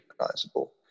recognizable